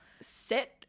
sit